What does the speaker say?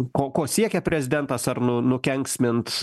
ko ko siekia prezidentas ar nu nukenksmint